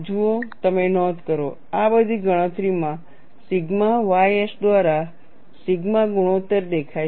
જુઓ તમે નોંધ કરો આ બધી ગણતરીઓમાં સિગ્મા ys દ્વારા સિગ્મા ગુણોત્તર દેખાય છે